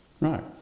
Right